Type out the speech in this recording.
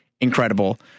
incredible